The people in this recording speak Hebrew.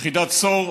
יחידת צור,